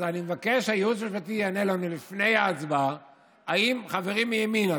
אז אני מבקש שהייעוץ המשפטי יענה לנו לפני ההצבעה אם חברים מימינה,